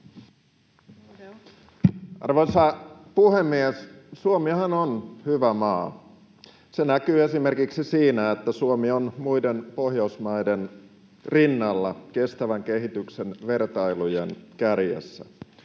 Arvoisa puhemies! Suomihan on hyvä maa. Se näkyy esimerkiksi siinä, että Suomi on muiden Pohjoismaiden rinnalla kestävän kehityksen vertailujen kärjessä.